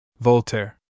Voltaire